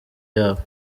yabo